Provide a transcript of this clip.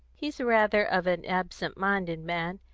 he's rather of an absent-minded man,